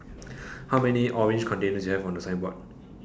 how many orange containers you have on the same board